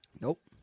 Nope